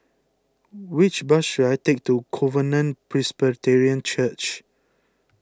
which bus should I take to Covenant Presbyterian Church